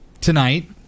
tonight